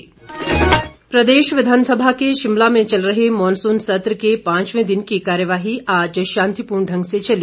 विधानसभा चर्चा प्रदेश विधानसभा के शिमला में चल रहे मॉनसून सत्र के पांचवे दिन की कार्यवाही आज शांतिपूर्ण ढंग से चली